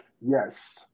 Yes